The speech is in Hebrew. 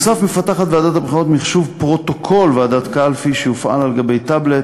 ועדת הבחירות מפתחת פרוטוקול ועדת קלפי ממוחשב שיופעל על גבי טאבלט.